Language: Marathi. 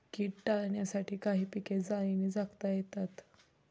कीड टाळण्यासाठी काही पिके जाळीने झाकता येतात